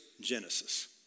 Genesis